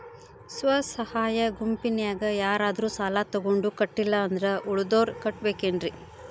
ಸ್ವ ಸಹಾಯ ಗುಂಪಿನ್ಯಾಗ ಯಾರಾದ್ರೂ ಸಾಲ ತಗೊಂಡು ಕಟ್ಟಿಲ್ಲ ಅಂದ್ರ ಉಳದೋರ್ ಕಟ್ಟಬೇಕೇನ್ರಿ?